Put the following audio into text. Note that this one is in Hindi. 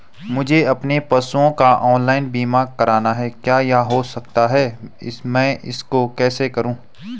मुझे अपने पशुओं का ऑनलाइन बीमा करना है क्या यह हो सकता है मैं इसको कैसे करूँ?